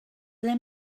ble